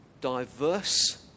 Diverse